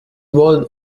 wollen